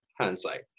hindsight